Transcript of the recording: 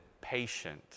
patient